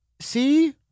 see